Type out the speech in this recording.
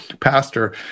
pastor